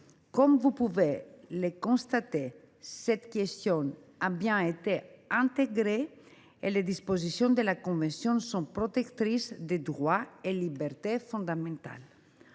messieurs les sénateurs, cette question a bien été intégrée et les dispositions de la convention sont protectrices des droits et libertés fondamentales.